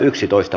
asia